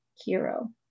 hero